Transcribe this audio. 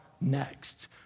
next